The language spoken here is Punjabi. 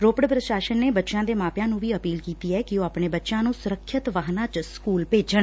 ਰੋਪੜ ਪ੍ਰਸ਼ਾਸਨ ਨੇ ਬਚਿਆਂ ਦੇ ਮਾਪਿਆਂ ਨੂੰ ਵੀ ਅਪੀਲ ਕੀਤੀ ਐ ਕਿ ਉਹ ਆਪਣੇ ਬੱਚਿਆਂ ਨੁੰ ਸੁਰੱਖਿਅਤ ਵਾਹਨਾਂ ਚ ਹੀ ਸਕੁਲ ਭੇਜਣ